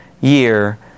year